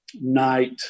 night